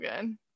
good